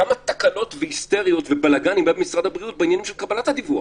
כמה תקנות והיסטריות ובלגנים במשרד הבריאות בעניינים של קבלת הדיווח.